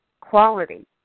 quality